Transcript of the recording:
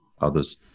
others